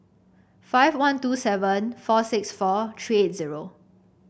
five one two seven four six four three eight zero